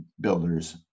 builders